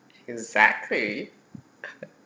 exactly